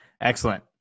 Excellent